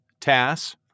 TASS